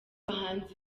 bahanzi